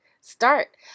start